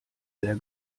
sehr